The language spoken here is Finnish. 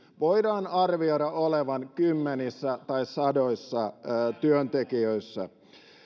voidaan arvioida olevan kymmenissä tai sadoissa työntekijöissä